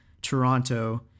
Toronto